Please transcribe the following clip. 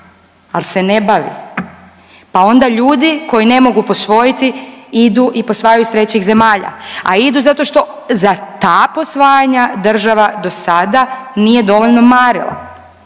al se ne bavi, pa onda ljudi koji ne mogu posvojiti idu i posvajaju iz trećih zemalja, a idu zato što za ta posvajanja država do sada nije dovoljno marila.